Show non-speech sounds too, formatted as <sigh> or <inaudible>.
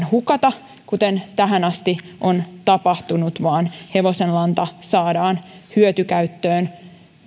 <unintelligible> hukata kuten tähän asti on tapahtunut vaan hevosenlanta saadaan hyötykäyttöön